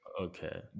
okay